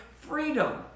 freedom